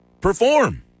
perform